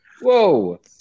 whoa